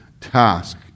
task